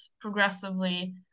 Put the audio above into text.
progressively